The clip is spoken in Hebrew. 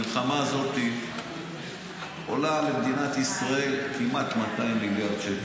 המלחמה הזאת עולה למדינת ישראל כמעט 200 מיליארד שקל.